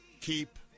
keep